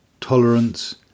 tolerance